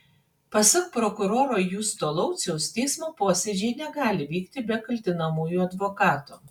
pasak prokuroro justo lauciaus teismo posėdžiai negali vykti be kaltinamųjų advokato